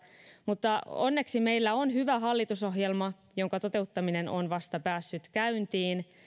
mutta onneksi meillä on hyvä hallitusohjelma jonka toteuttaminen on vasta päässyt käyntiin